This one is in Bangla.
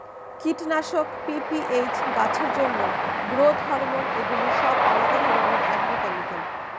কীটনাশক, পি.পি.এইচ, গাছের জন্য গ্রোথ হরমোন এগুলি সব আলাদা ধরণের অ্যাগ্রোকেমিক্যাল